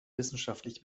wissenschaftlich